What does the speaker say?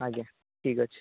ଆଜ୍ଞା ଠିକ୍ ଅଛି